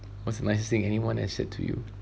what's the nicest thing anyone has said to you